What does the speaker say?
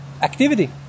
activity